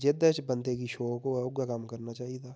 जेह्दे च बन्दे कि शौंक होऐ उयै कम्म करना चाहिदा